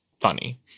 funny